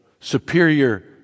superior